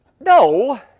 No